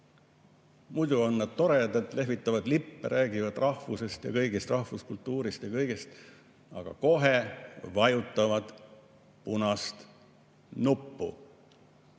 Muidu on nad toredad, lehvitavad lippe, räägivad rahvusest ja rahvuskultuurist ja kõigest muust, aga kohe vajutavad punast nuppu.